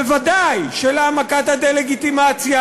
בוודאי, של העמקת הדה-לגיטימציה,